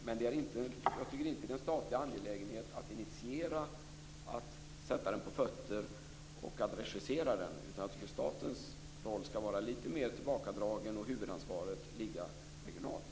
Men det är inte en statlig angelägenhet att initiera idén, att sätta den på fötter och att regissera den. Jag tycker att statens roll skall vara lite mer tillbakadragen och huvudansvaret ligga regionalt.